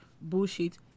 Bullshit